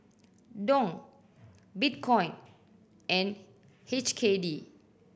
Dong Bitcoin and H K D